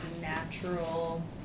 natural